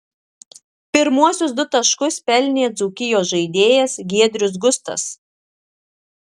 pirmuosius du taškus pelnė dzūkijos žaidėjas giedrius gustas